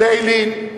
ביילין,